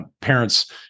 parents